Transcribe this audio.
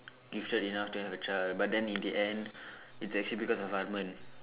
gifted enough to have a child but then in the end it's actually because of Varman